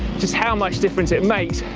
just how much difference it makes.